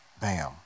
bam